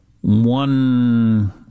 One